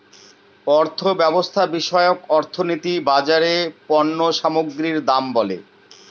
অর্থব্যবস্থা বিষয়ক অর্থনীতি বাজারে পণ্য সামগ্রীর দাম বলে